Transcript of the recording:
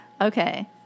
Okay